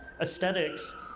aesthetics